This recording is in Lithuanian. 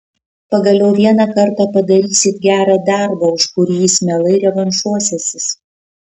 pagaliau vieną kartą padarysit gerą darbą už kurį jis mielai revanšuosiąsis